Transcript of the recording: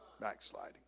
Backsliding